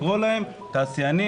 לקרוא להם תעשיינים,